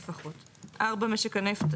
לפחות 4. משק הנפט,